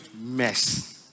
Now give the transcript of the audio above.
mess